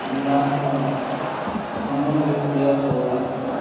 विकासः सम्यक् रीत्या भवति स्म